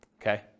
okay